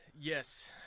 Yes